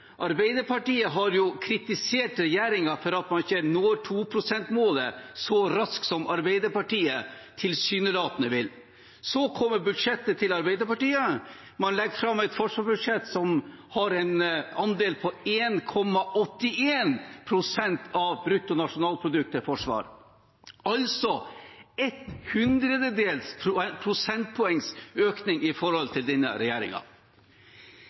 Arbeiderpartiet har kritisert regjeringen for at man ikke når 2-prosentmålet så raskt som Arbeiderpartiet tilsynelatende vil. Så kommer budsjettet til Arbeiderpartiet. Man legger fram et forsvarsbudsjett som har en andel på 1,81 pst. av bruttonasjonalprodukt, altså en økning på et hundredels prosentpoeng i forhold til det denne